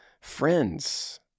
friends